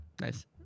Nice